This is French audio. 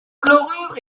chlorure